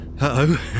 Uh-oh